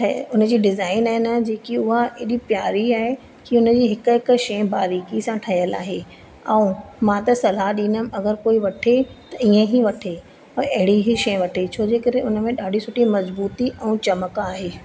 ठहे उनजी डिज़ाइन आहे न जेकि उहा एॾी प्यारी आहे की उनजी हिक हिक शइ बारीकी सां ठहियल आहे ऐं मां त सलाह ॾींदमि अगरि कोई वठे त ईअं ई वठे भाई अहिड़ी ई शइ वठे छो जे करे हुनमें ॾाढी सुठी मजबूती ऐं चमक आहे